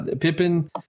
Pippin